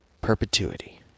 perpetuity